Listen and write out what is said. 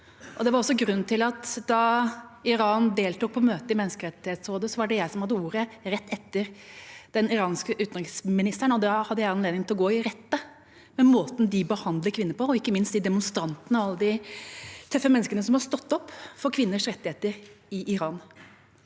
Da Iran deltok på møtet i Menneskerettighetsrådet, var det jeg som hadde ordet rett etter den iranske utenriksministeren, og da hadde jeg anledning til å gå i rette med måten de behandler kvinner på, og ikke minst demonstrantene og de tøffe menneskene som har stått opp for kvinners rettigheter i Iran.